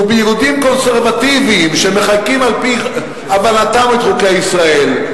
וביהודים קונסרבטיבים שמקיימים על-פי הבנתם את חוקי ישראל,